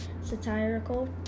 satirical